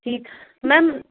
ٹھیٖک میم